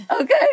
okay